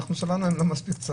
סבלנו מהם לא מספיק צרות.